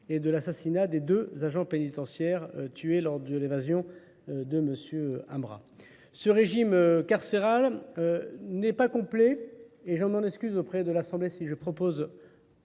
et de l'assassinat des deux agents pénitentiaires tués lors de l'évasion de M. Ambra. Ce régime carcéral n'est pas complet et j'en m'en excuse auprès de l'Assemblée si je propose